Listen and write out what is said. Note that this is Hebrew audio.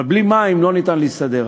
אבל בלי מים לא ניתן להסתדר.